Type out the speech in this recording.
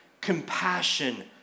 compassion